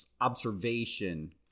observation